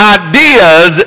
ideas